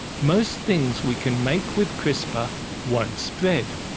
most things we can make with crispr won't spread.